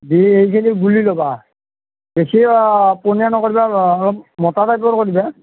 দি এইখিনি গুলি ল'বা বেছি পনীয়া নকৰিবা অলপ মোটা টাইপৰ কৰিবা